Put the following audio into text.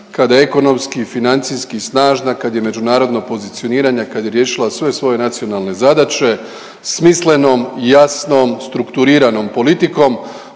kad je ekonomski i financijski snažna, kad je međunarodno pozicionirana, kad je riješila sve svoje nacionalne zadaće smislenom, jasnom, strukturiranom politikom